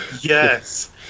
yes